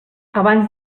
abans